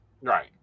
Right